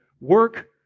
work